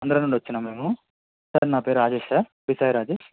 ఆంధ్ర నుండి వచ్చినాము మేము సార్ నా పేరు రాజేష్ సార్ బిసై రాజేష్